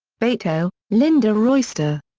beito, linda royster.